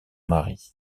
mari